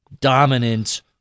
dominant